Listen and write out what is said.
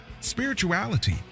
spirituality